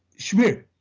subir,